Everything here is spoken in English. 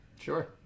Sure